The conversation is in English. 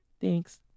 Thanks